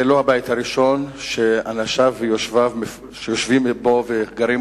זה לא הבית הראשון שאנשיו ויושביו שיושבים בו וגרים